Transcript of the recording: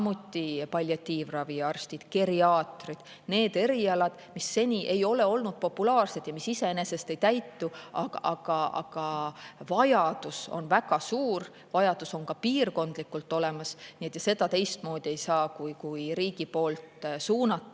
Samuti palliatiivraviarstid, geriaatrid – need erialad, mis seni ei ole olnud populaarsed ja mis iseenesest ei täitu, aga vajadus on väga suur, vajadus on ka piirkondlikult olemas. Seda teistmoodi ei saa, kui riigi poolt suunates,